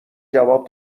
جواب